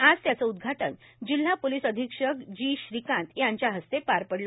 आज त्याचे उदघाटन जिल्हा पोलीस अधीक्षक जी श्रीकांत यांच्या हस्ते पार पडले